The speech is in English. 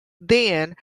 then